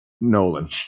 Nolan